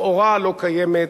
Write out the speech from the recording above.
לכאורה לא קיימת.